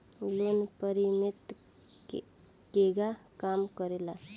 Loan repayment केगा काम करेला?